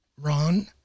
Ron